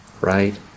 right